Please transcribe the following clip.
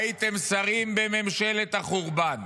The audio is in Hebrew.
הייתם שרים בממשלת החורבן.